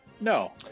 No